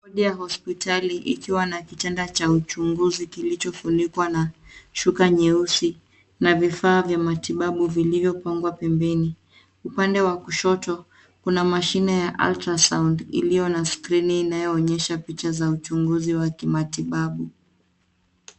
Wodi ya hospitali ikiwa na kitanda cha uchunguzi kilichofunikwa na shuka nyeusi na vifaa vya matibabu vilivyopangwa pembeni. Upande wa kushoto kuna mashine ya ultra sound iliyo na skrini inayoonyesha picha za uchunguzi wa kimatibabu.